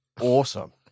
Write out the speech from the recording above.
awesome